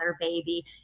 baby